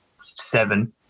seven